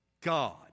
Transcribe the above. God